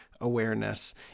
awareness